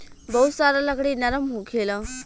बहुत सारा लकड़ी नरम होखेला